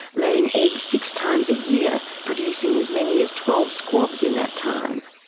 laying eggs six times a year, producing as many as twelve squabs in that time.